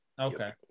Okay